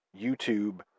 YouTube